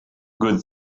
good